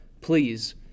please